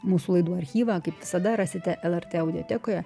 mūsų laidų archyvą kaip visada rasite lrt audiotekoje